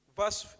verse